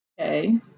okay